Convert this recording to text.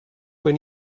when